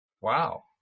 Wow